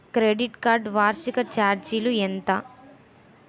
Credit card వార్షిక ఛార్జీలు ఎంత?